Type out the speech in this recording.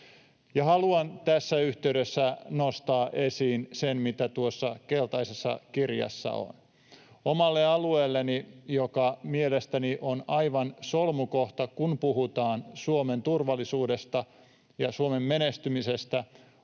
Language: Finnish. Haluan tässä yhteydessä nostaa esiin sen, mitä tuossa keltaisessa kirjassa on. Omalle alueelleni, joka mielestäni on aivan solmukohta, kun puhutaan Suomen turvallisuudesta ja Suomen menestymisestä,